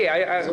זה